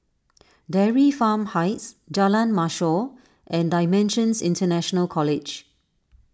Dairy Farm Heights Jalan Mashor and Dimensions International College